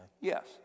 yes